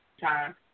time